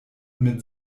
mit